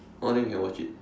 oh then we can watch it